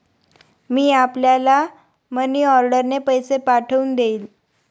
मी आपल्याला मनीऑर्डरने पैसे पाठवून देईन